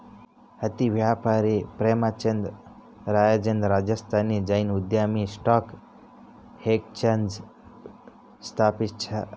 ಹತ್ತಿ ವ್ಯಾಪಾರಿ ಪ್ರೇಮಚಂದ್ ರಾಯ್ಚಂದ್ ರಾಜಸ್ಥಾನಿ ಜೈನ್ ಉದ್ಯಮಿ ಸ್ಟಾಕ್ ಎಕ್ಸ್ಚೇಂಜ್ ಸ್ಥಾಪಿಸ್ಯಾರ